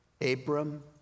Abram